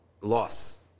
loss